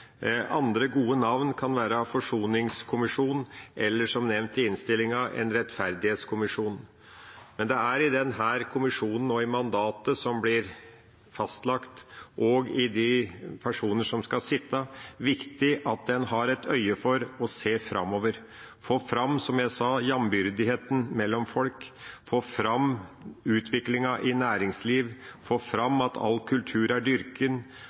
Andre gode navn kan være Forsoningskommisjonen eller – som nevnt i innstillinga –Rettferdighetskommisjonen. Men i denne kommisjonen, med de personene som skal sitte der, og i mandatet som blir fastlagt, er det viktig at en har øye for å se framover – få fram, som jeg sa, jambyrdigheten mellom folk, få fram utviklingen i næringsliv, få fram at all kultur er